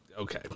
Okay